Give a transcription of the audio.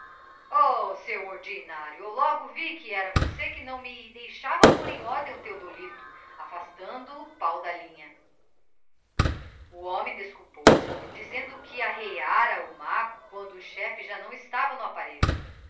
seu ordinário eu logo vi que era você que não me deixava pôr em ordem o theodolito afastando o páo da linha o homem desculpou-se dizendo que arreiára o marco quando o chefe já não estava no apparelho